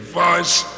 voice